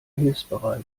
hilfsbereit